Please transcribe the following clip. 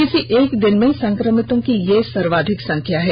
किसी एक दिन में संक्रमितों की यह सर्वाधिक संख्या है